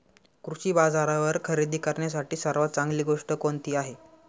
कृषी बाजारावर खरेदी करण्यासाठी सर्वात चांगली गोष्ट कोणती आहे?